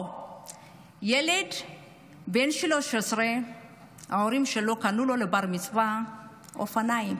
או ילד בן 13 שההורים שלו קנו לו לבר-מצווה אופניים,